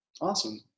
Awesome